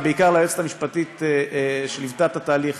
ובעיקר ליועצת המשפטית שליוותה את התהליך,